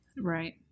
Right